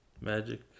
magic